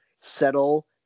settle